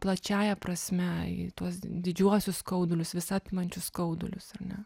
plačiąja prasme į tuos didžiuosius skaudulius visa apimančius skaudulius ar ne